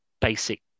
basic